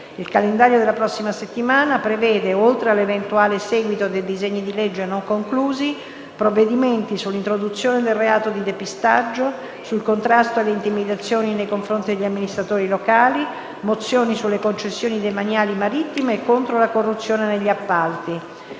Il calendario della prossima settimana prevede, oltre all'eventuale seguito dei disegni di legge non conclusi, provvedimenti sull'introduzione del reato di depistaggio, sul contrasto alle intimidazioni nei confronti degli amministratori locali, mozioni sulle concessioni demaniali marittime e contro la corruzione negli appalti.